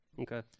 Okay